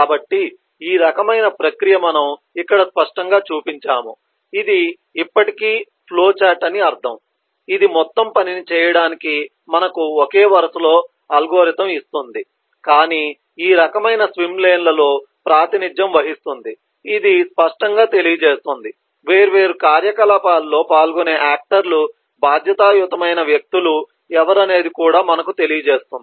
కాబట్టి ఈ రకమైన ప్రక్రియ మనం ఇక్కడ స్పష్టంగా చూపించాము ఇది ఇప్పటికీ ఫ్లోచార్ట్ అని అర్ధం ఇది మొత్తం పనిని చేయడానికి మనకు ఒకే వరుస అల్గోరిథం ఇస్తోంది కానీ ఈ రకమైన స్విమ్ లేన్ లలో ప్రాతినిధ్యం వహిస్తుంది ఇది స్పష్టంగా తెలియజేస్తుంది వేర్వేరు కార్యకలాపాల్లో పాల్గొనే ఆక్టర్ లు బాధ్యతాయుతమైన వ్యక్తులు ఎవరు అనేది కూడా మనకు తెలియజేస్తుంది